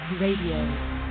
RADIO